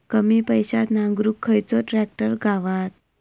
कमी पैशात नांगरुक खयचो ट्रॅक्टर गावात?